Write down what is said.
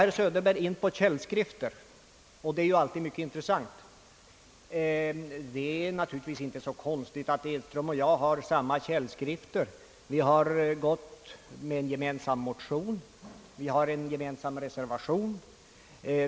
Herr Söderberg kom in på källskrifter, och dei är ju alltid mycket intressant. Det är naturligtvis inte så konstigt att herr Edström och jag i denna fråga har samma källskrifter. Vi har väckt en gemensam motion, och vi har en gemensam reservation.